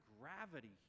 gravity